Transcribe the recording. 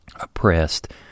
oppressed